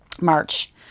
March